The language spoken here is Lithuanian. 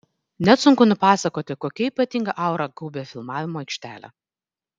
net sunku nupasakoti kokia ypatinga aura gaubia filmavimo aikštelę